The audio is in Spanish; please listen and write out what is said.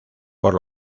por